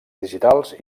digitals